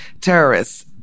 terrorists